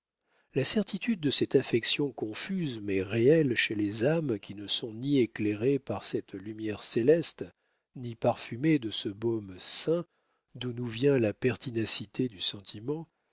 la certitude de cette affection confuse mais réelle chez les âmes qui ne sont ni éclairées par cette lumière céleste ni parfumées de ce baume saint d'où nous vient la pertinacité du sentiment